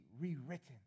rewritten